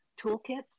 toolkits